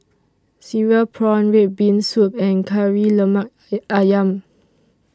Cereal Prawns Red Bean Soup and Kari Lemak Ayam